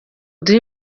duhe